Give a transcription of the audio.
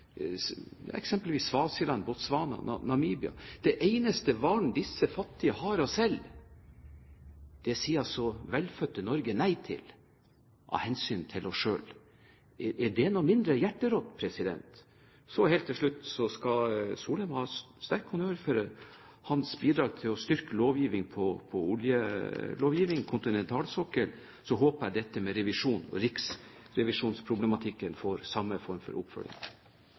eksempelvis fra Swaziland, Botswana og Namibia – den eneste varen disse fattige landene har å selge? Det sier altså velfødde Norge nei til, av hensyn til oss selv. Er det noe mindre hjerterått? Så helt til slutt: Statsråd Solheim skal ha sterk honnør for sitt bidrag for å styrke lovgivningen på kontinentalsokkelen. Så håper jeg dette med riksrevisjonsproblematikken får samme form for oppfølging.